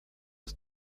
ist